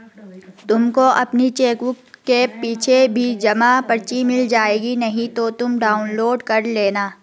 तुमको अपनी चेकबुक के पीछे भी जमा पर्ची मिल जाएगी नहीं तो तुम डाउनलोड कर लेना